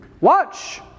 watch